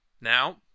Now